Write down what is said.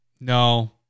no